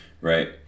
Right